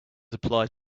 applied